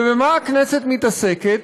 ובמה הכנסת מתעסקת?